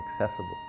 accessible